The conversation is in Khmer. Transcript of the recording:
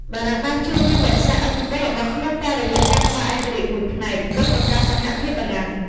បារាំងបានព្យាយាមរក្សាឥទ្ធិពលរបស់ខ្លួនតាមរយៈការផ្ដល់ឯករាជ្យមួយផ្នែក ឬបង្កើតសហភាពបារាំង ។